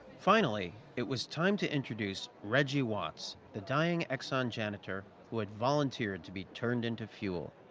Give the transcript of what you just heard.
finally, it was time to introduce reggie watts, the dying exxon janitor who had volunteered to be turned into fuel.